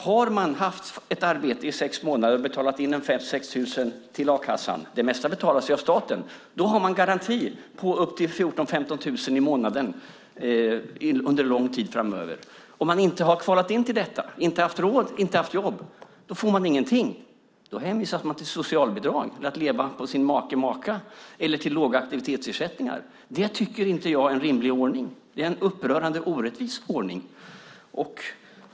Har man haft ett arbete i sex månader och betalat in 5 000-6 000 till a-kassan - det mesta betalas av staten - har man en garanti på upp till 14 000-15 000 i månaden under lång tid framöver. Om man inte har kvalat in till detta, inte haft råd eller inte haft jobb, får man ingenting. Då hänvisas man till socialbidrag, till att leva på sin make eller maka eller till låga aktivitetsersättningar. Jag tycker inte att det är en rimlig ordning. Det är en upprörande och orättvis ordning.